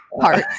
parts